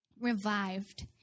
revived